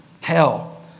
hell